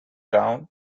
down